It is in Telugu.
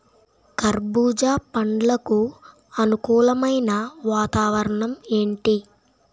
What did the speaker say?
కర్బుజ పండ్లకు అనుకూలమైన వాతావరణం ఏంటి?